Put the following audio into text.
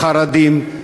חרדים,